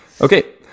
Okay